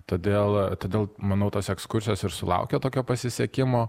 todėl todėl manau tos ekskursijos ir sulaukė tokio pasisekimo